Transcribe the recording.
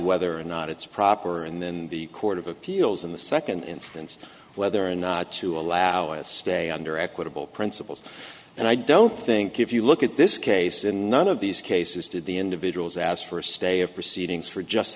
whether or not it's proper and then the court of appeals in the second instance whether or not to allow a stay under equitable principles and i don't think if you look at this case in none of these cases did the individuals ask for a stay of proceedings for just